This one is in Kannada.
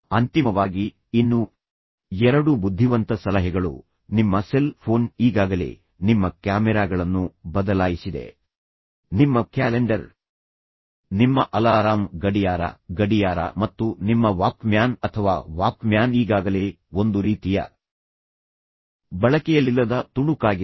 ಅಂತಿಮವಾಗಿ ಇನ್ನೂ ಎರಡು ಬುದ್ಧಿವಂತ ಸಲಹೆಗಳು ನಿಮ್ಮ ಸೆಲ್ ಫೋನ್ ಈಗಾಗಲೇ ನಿಮ್ಮ ಕ್ಯಾಮೆರಾಗಳನ್ನು ಬದಲಾಯಿಸಿದೆ ನಿಮ್ಮ ಕ್ಯಾಲೆಂಡರ್ ನಿಮ್ಮ ಅಲಾರಾಂ ಗಡಿಯಾರ ಗಡಿಯಾರ ಮತ್ತು ನಿಮ್ಮ ವಾಕ್ಮ್ಯಾನ್ ಅಥವಾ ವಾಕ್ಮ್ಯಾನ್ ಈಗಾಗಲೇ ಒಂದು ರೀತಿಯ ಬಳಕೆಯಲ್ಲಿಲ್ಲದ ತುಣುಕಾಗಿದೆ